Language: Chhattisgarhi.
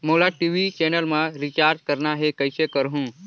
मोला टी.वी चैनल मा रिचार्ज करना हे, कइसे करहुँ?